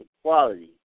equality